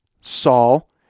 Saul